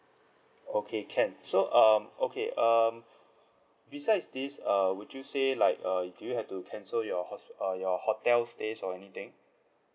okay can so um okay um besides this err would you say like uh do you have to cancel your hos~ err your hotel stays or anything